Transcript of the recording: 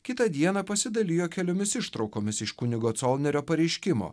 kitą dieną pasidalijo keliomis ištraukomis iš kunigo colnerio pareiškimo